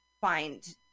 find